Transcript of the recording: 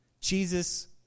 Jesus